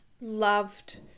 loved